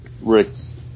Rick's